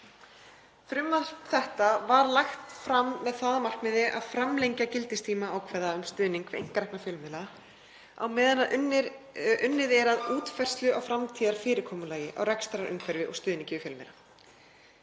Frumvarp þetta er lagt fram með það að markmiði að framlengja gildistíma ákvæða um stuðning við einkarekna fjölmiðla á meðan unnið er að útfærslu á framtíðarfyrirkomulagi á rekstrarumhverfi og stuðningi við fjölmiðla.